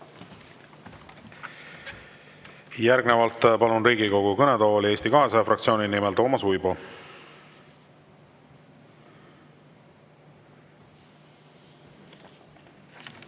Järgnevalt palun Riigikogu kõnetooli Eesti 200 fraktsiooni nimel Toomas Uibo.